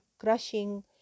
crushing